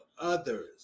others